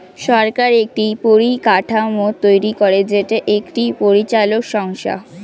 সরকার একটি পরিকাঠামো তৈরী করে যেটা একটি পরিচালক সংস্থা